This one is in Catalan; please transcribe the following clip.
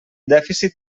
dèficit